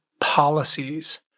policies